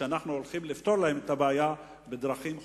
שאנחנו הולכים לפתור להם את הבעיה בדרכים חוקיות.